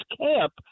camp